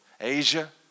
Asia